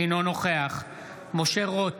אינו נוכח משה רוט,